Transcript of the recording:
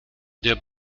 der